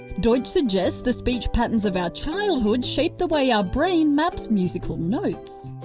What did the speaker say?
deustch suggests the speech patterns of our childhood shape the way our brain maps musical notes.